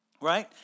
right